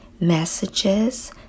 messages